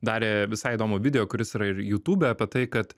darė visai įdomų video kuris yra ir youtube apie tai kad